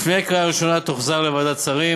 לפני קריאה ראשונה תוחזר לוועדת השרים.